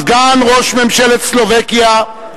סגן ראש ממשלת סלובקיה,